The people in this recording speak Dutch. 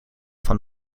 van